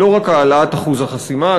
לא רק העלאת אחוז החסימה,